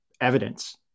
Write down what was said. evidence